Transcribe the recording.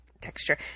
texture